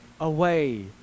away